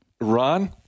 Ron